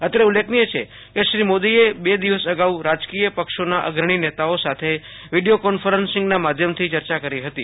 અત્રે ઉલ્લેખનીય છે કે શ્રી મોદીએ બે દિવસ અગાઉ રાજકીય પક્ષોના અગ્રણી નેતાઓ સાથે વીડીયો કોન્ફરન્સના માધ્યમથી ચર્ચા કરી તી